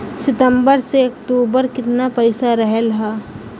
सितंबर से अक्टूबर तक कितना पैसा रहल ह?